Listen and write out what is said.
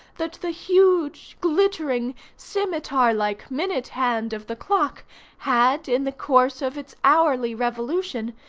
that the huge, glittering, scimetar-like minute-hand of the clock had, in the course of its hourly revolution,